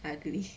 ugly